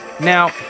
Now